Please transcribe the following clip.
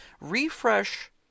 Refresh